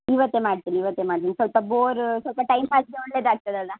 ಇವತ್ತೆ ಮಾಡ್ತಿನಿ ಇವತ್ತೆ ಮಾಡ್ತಿನಿ ಸ್ವಲ್ಪ ಬೋರ್ ಸ್ವಲ್ಪ ಟೈಮ್ ಪಾಸಿಗೆ ಒಳ್ಳೆದಾಗ್ತದಲ್ಲ